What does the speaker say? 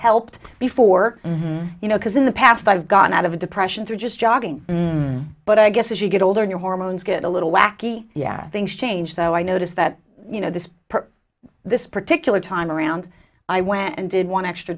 helped before you know because in the past i've gotten out of a depression through just jogging but i guess as you get older your hormones get a little wacky yeah things change so i notice that you know this this particular time around i went and did want